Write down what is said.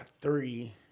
three